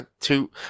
two